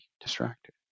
distracted